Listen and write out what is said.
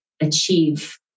achieve